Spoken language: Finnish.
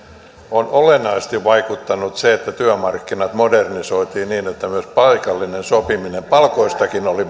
on olennaisesti vaikuttanut se että työmarkkinat modernisoitiin niin että myös paikallinen sopiminen palkoistakin oli